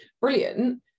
brilliant